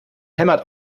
hämmert